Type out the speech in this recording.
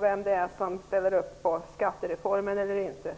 Vem som ställde upp på skattereformen eller inte